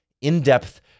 in-depth